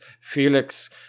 Felix